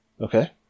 Okay